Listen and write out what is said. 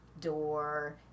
door